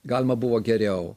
galima buvo geriau